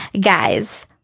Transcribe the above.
Guys